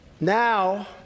Now